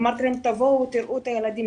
אמרתי להם: תבואו, תראו את הילדים.